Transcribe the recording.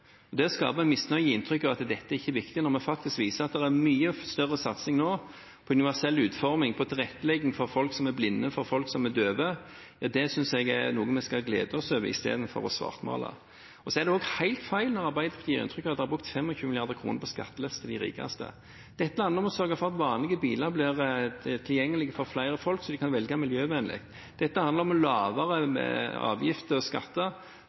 Det å skape misnøye gir inntrykk av at dette ikke er viktig for oss, når vi faktisk viser at det nå er mye større satsing på universell utforming, på tilrettelegging for folk som er blinde, og for folk som er døve. Det synes jeg er noe vi skal glede oss over i stedet for å svartmale. Det er også helt feil når Arbeiderpartiet gir inntrykk av at vi har brukt 25 mrd. kr på skattelettelser til de rikeste. Dette handler om å sørge for at vanlige biler blir tilgjengelige for flere, slik at de kan velge miljøvennlig. Dette handler om lavere avgifter og skatter